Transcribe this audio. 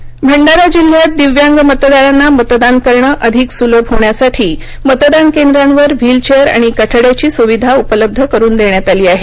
मतदान सुविधा भंडारा जिल्ह्यात दिव्यांग मतदारांना मतदान करणं अधिक सुलभ होण्यासाठी मतदान केंद्रांवर व्हील चेअर आणि कठड्याची सुविधा उपलब्ध करुन देण्यात आली आहे